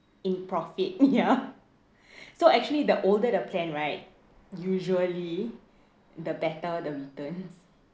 in profit ya so actually the older the plan right usually the better the returns